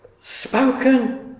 spoken